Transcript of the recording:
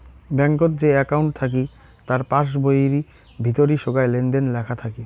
ব্যাঙ্কত যে একউন্ট থাকি তার পাস বইয়ির ভিতরি সোগায় লেনদেন লেখা থাকি